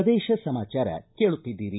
ಪ್ರದೇಶ ಸಮಾಚಾರ ಕೇಳುತ್ತಿದ್ದೀರಿ